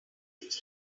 genius